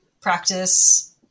practice